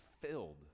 filled